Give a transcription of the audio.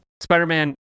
spider-man